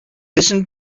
listened